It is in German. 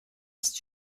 ist